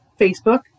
Facebook